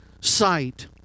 sight